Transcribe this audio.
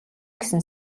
гэсэн